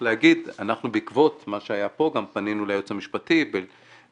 להגיד שאנחנו בעקבות מה שהיה פה גם פנינו ליועץ המשפטי ואכן